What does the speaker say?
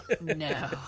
No